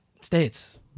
states